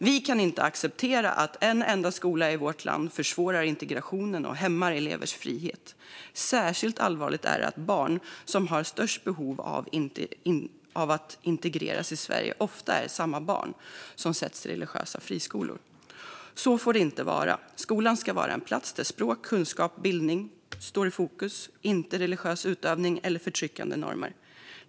Vi kan inte acceptera att en enda skola i vårt land försvårar integrationen och hämmar elevers frihet. Särskilt allvarligt är det att barn som har störst behov av att integreras i Sverige ofta är samma barn som sätts i religiösa friskolor. Så får det inte vara - skolan ska vara en plats där språk, kunskap och bildning står i fokus, inte religionsutövning eller förtryckande normer.